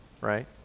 right